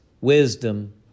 wisdom